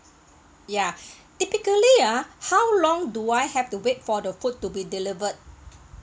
ya typically uh how long do I have to wait for the food to be delivered